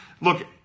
Look